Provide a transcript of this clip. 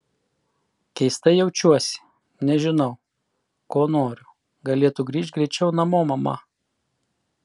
keistai jaučiuosi nežinau ko noriu galėtų grįžt greičiau namo mama